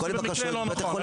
וזה גם במקרה לא נכון.